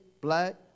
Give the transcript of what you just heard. black